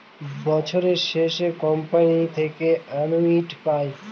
বছরের শেষে কোম্পানি থেকে অ্যানুইটি পায়